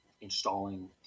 installing